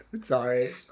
sorry